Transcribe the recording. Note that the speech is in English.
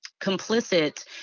complicit